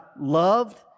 loved